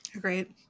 Great